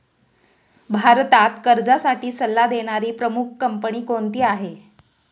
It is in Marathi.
भारतात कर्जासाठी सल्ला देणारी प्रमुख कंपनी कोणती आहे?